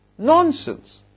Nonsense